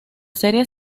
serie